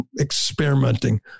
Experimenting